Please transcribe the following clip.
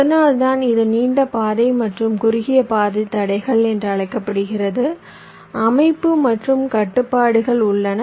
அதனால்தான் இது நீண்ட பாதை மற்றும் குறுகிய பாதை தடைகள் என்று அழைக்கப்படுகிறது அமைப்பு மற்றும் கட்டுப்பாடுகள் உள்ளன